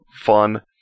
fun